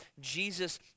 Jesus